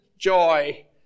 joy